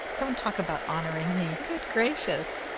don't talk about honouring me. good gracious!